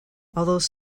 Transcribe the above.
although